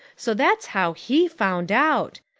so that's how he found out.